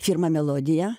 firma melodija